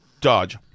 dodge